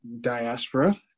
diaspora